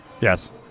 Yes